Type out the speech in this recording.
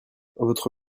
votre